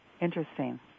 Interesting